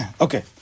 Okay